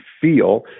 feel